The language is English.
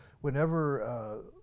whenever